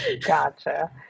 gotcha